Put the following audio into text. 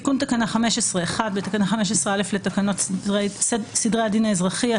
תיקון תקנה 15 1. בתקנה 15(א) לתקנות סדרי הדין האזרחי,